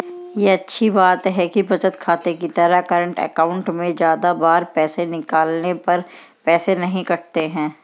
ये अच्छी बात है कि बचत खाते की तरह करंट अकाउंट में ज्यादा बार पैसे निकालने पर पैसे नही कटते है